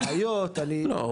בעיות --- לא,